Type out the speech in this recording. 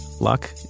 luck